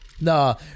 No